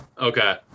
Okay